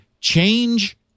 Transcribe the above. change